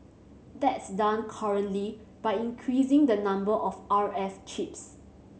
that's done currently by increasing the number of R F chips